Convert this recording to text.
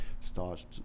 starts